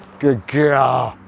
good girl.